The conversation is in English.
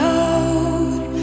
out